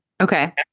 Okay